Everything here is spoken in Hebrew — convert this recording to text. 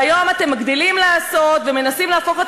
והיום אתם מגדילים לעשות ומנסים להפוך את